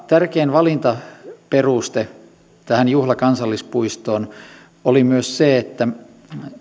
tärkein valintaperuste tähän juhlakansallispuistoon oli myös se että